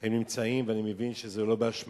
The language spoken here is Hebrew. הם נמצאים, ואני מבין שזה לא באשמתו,